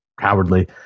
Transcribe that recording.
cowardly